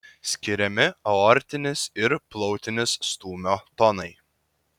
skiriami aortinis ir plautinis stūmio tonai